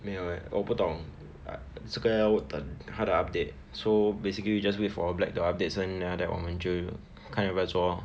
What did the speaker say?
没有 eh 我不懂 but 这个要问等他的 update so basically you just wait for black to update 先 then after that 我们就看要不要做 lor